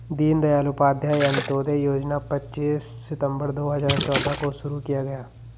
दीन दयाल उपाध्याय अंत्योदय योजना पच्चीस सितम्बर दो हजार चौदह को शुरू किया गया